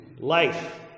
Life